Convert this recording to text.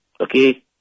Okay